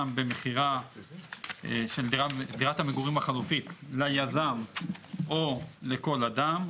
גם במכירה של דירת המגורים החלופית ליזם או לכל אדם,